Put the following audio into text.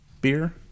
beer